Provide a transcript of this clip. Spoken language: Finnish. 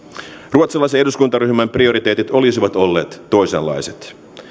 ruotsalaisen eduskuntaryhmän prioriteetit olisivat olleet toisenlaiset